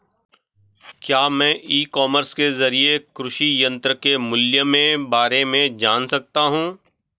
क्या मैं e commerce के ज़रिए कृषि यंत्र के मूल्य में बारे में जान सकता हूँ?